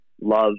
love